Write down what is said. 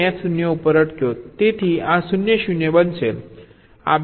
તેથી આ 0 0 બનશે આ 2 ફોલ્ટ્સ G2 માંથી છે